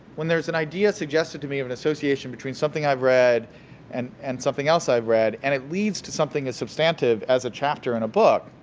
when there's an idea suggested to me in association between something i've read and and something else i've read, and it leads to something as substantive as a chapter in a book.